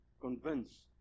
convince